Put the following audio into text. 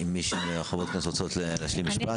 אם מישהי מחברות הכנסת רוצות להשלים משפט?